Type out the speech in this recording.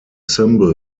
symbol